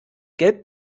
gelb